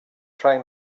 train